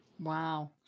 Wow